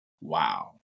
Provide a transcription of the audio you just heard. Wow